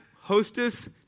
hostess